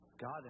God